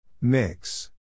Mix